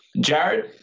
Jared